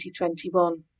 2021